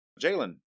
Jalen